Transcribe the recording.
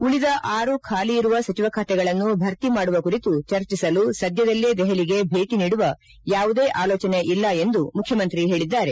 ಉಳಿದ ಆರು ಖಾಲಿ ಇರುವ ಸಚಿವ ಖಾತೆಗಳನ್ನು ಭರ್ತಿ ಮಾಡುವ ಕುರಿತು ಚರ್ಚಿಸಲು ಈ ಕುರಿತು ಸದ್ಯದಲ್ಲೇ ದೆಹಲಿಗೆ ಭೇಟಿ ನೀಡುವ ಯಾವುದೇ ಆಲೋಚನೆ ಇಲ್ಲ ಎಂದು ಮುಖ್ಯಮಂತ್ರಿ ಹೇಳಿದ್ದಾರೆ